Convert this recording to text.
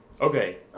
okay